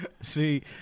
See